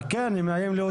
כן, אני מאיים להוציא אותך.